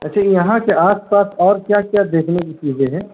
اچھا یہاں کے آس پاس اور کیا کیا دیکھنے کی چیزیں ہیں